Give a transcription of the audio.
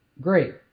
Great